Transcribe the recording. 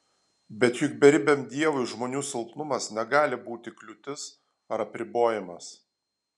bet juk beribiam dievui žmonių silpnumas negali būti kliūtis ar apribojimas